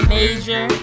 Major